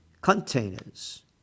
containers